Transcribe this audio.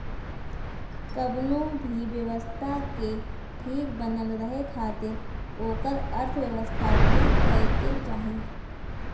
कवनो भी व्यवस्था के ठीक बनल रहे खातिर ओकर अर्थव्यवस्था ठीक रहे के चाही